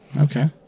Okay